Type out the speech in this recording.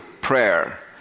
prayer